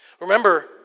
Remember